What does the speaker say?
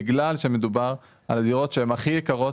בגלל שמדובר על הדירות שהן הכי יקרות,